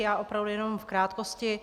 Já opravdu jenom v krátkosti.